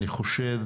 אני חושב